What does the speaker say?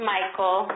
Michael